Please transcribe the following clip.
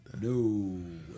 no